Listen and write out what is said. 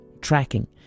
tracking